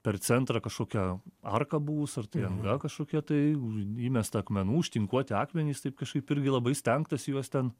per centrą kažkokia arka buvus ar tai anga kažkokia tai įmesta akmenų užtinkuoti akmenys taip kažkaip irgi labai stengtasi juos ten